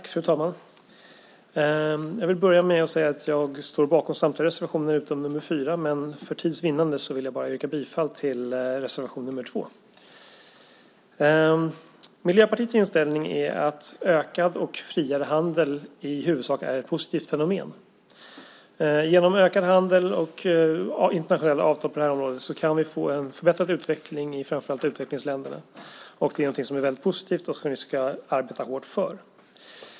Fru talman! Jag vill börja med att säga att jag står bakom samtliga reservationer utom nr 4, men för att vinna tid vill jag yrka bifall bara till reservation nr 2. Miljöpartiets inställning är att ökad och friare handel i huvudsak är ett positivt fenomen. Genom ökad handel och internationella avtal på det här området kan vi få en förbättrad utveckling i framför allt utvecklingsländerna. Det är någonting som är väldigt positivt och som vi ska arbeta hårt för.